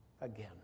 again